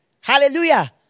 Hallelujah